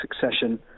succession